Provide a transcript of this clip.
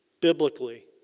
biblically